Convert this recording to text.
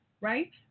Right